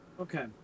Okay